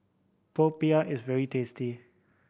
popiah is very tasty